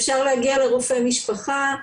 אפשר להגיע לרופא משפחה,